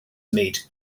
made